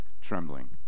trembling